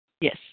Yes